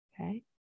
okay